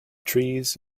trees